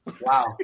Wow